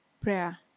Prayer